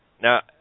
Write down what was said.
Now